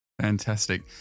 Fantastic